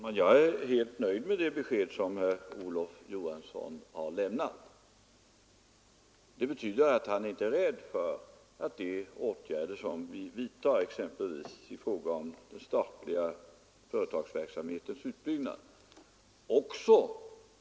Statsföretagandet är inget självändamål. Riktigt.